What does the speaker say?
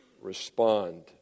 respond